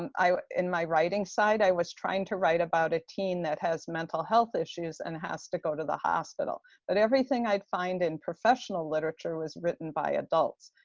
um i in my writing side, i was trying to write about a teen that has mental health issues and has to go to the hospital, but everything i'd find in professional literature was written by adults.